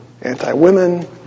anti-women